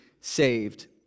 saved